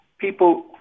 people